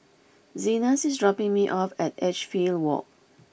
Zenas is dropping me off at Edgefield Walk